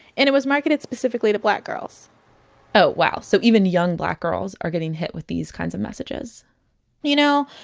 and it was marketed specifically to black girls oh wow. so even young black girls are getting hit with these kinds of messages you know,